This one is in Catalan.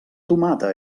tomata